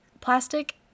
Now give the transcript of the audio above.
Plastic